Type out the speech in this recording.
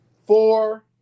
Four